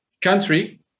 country